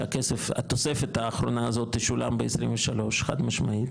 שהתוספת האחרונה הזאת תשולם ב-23, חד משמעית